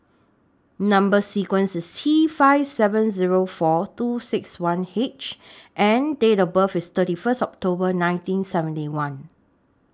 Number sequence IS T five seven Zero four two six one H and Date of birth IS thirty First October nineteen seventy one